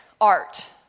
art